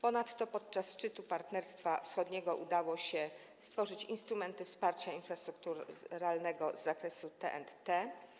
Ponadto, podczas szczytu Partnerstwa Wschodniego, udało się stworzyć instrumenty wsparcia infrastrukturalnego z zakresu T&T.